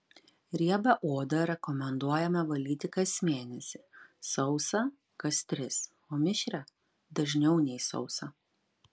riebią odą rekomenduojame valyti kas mėnesį sausą kas tris o mišrią dažniau nei sausą